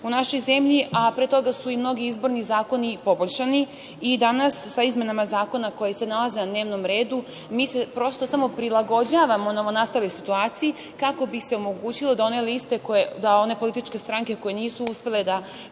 u našoj zemlji, a pre toga su i mnogi izborni zakoni poboljšani i danas sa izmenama zakona koji se nalaze na dnevnom redi mi se prosto samo prilagođavamo na ovo nastale situacije kako bi se omogućilo da one liste, one političke stranke koje nisu uspele da